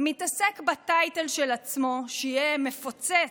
מתעסק בטייטל של עצמו, שיהיה מפוצץ,